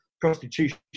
prostitution